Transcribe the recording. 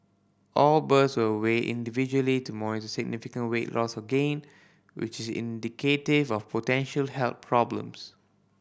all birds were weighed individually to monitor significant weight loss or gain which is indicative of potential health problems